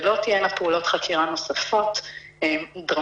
ולא תהיינה פעולות חקירה נוספות דרמטיות